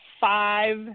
five –